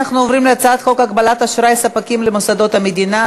אנחנו עוברים להצעת חוק הגבלת אשראי ספקים למוסדות המדינה,